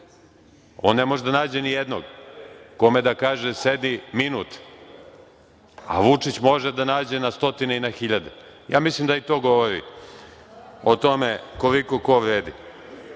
On ne može da nađe nijednog kome da kaže sedi minut, a Vučić može da nađe na stotinu i na hiljade. Mislim da i to govori o tome koliko ko vredi